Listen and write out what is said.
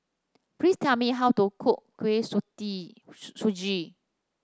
please tell me how to cook Kuih Suji